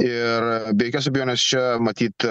ir be jokios abejonės čia matyt